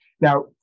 Now